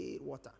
water